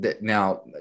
now